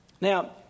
Now